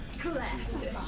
Classic